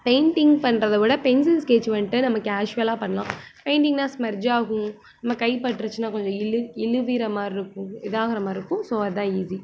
painting பண்ணுறத விட pencil sketch வந்துட்டு நம்ம கேஷ்வலாக பண்ணலாம் பெயிண்டிங்ன்னால் ஸ்மெர்ஜ் ஆகும் நம்ம கை பட்டிருச்சின்னா கொஞ்சம் இலு இழுவிற மாதிரி இருக்கும் இதாகிற மாதிரி இருக்கும் ஸோ அதுதான் ஈஸி